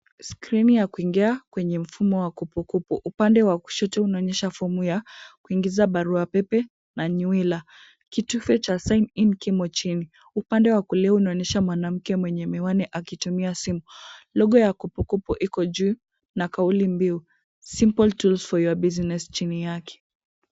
Skrini ya kuingia kwenye mfumo wa Kopo Kopo. Upande wa kushoto unaonyesha fomu ya kuingiza batrua pepe na nyuila. Kitufe cha sign kimo chini. Upande wa kulia unaonyesha mwanamke mwenye miwani akitumia simu. Logo ya Kopo Kopo iko juu na kaulimbiu simple tools for your business chini yake.